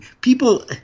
People